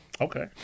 Okay